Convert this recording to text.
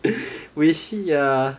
if we see ya